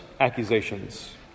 accusations